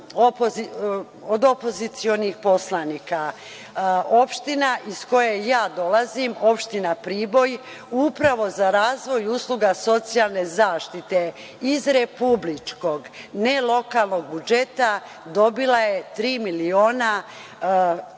od opozicionih poslanika. Opština iz koje dolazim, opština Priboj upravo za razvoj usluga socijalne zaštite iz republičkog, ne lokalnog budžeta dobila je tri miliona 501